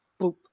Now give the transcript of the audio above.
boop